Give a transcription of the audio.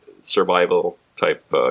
survival-type